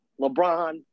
LeBron